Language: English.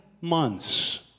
months